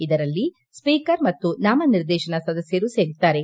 ಇದರಲ್ಲಿ ಸ್ವೀಕರ್ ಮತ್ತು ನಾಮನಿರ್ದೇಶನ ಸದಸ್ಯರು ಸೇರಿದ್ದಾರೆ